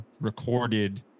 recorded